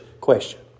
question